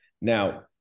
Now